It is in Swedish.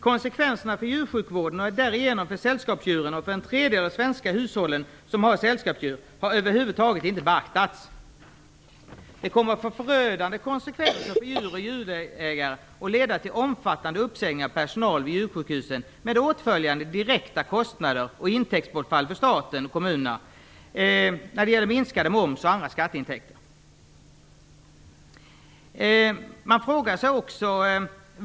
Konsekvenserna för djursjukvården och därigenom för sällskapsdjuren och för en tredjedel av de svenska hushåll som har sällskapsdjur har över huvud taget inte beaktats! Detta kommer att få förödande konsekvenser för djur och djurägare och kommer även att leda till omfattande uppsägningar av personal på djursjukhusen, med åtföljande direkta kostnader och intäktsbortfall för staten och kommunerna när det gäller minskad moms och minskade skatteintäkter av annat slag.